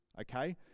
okay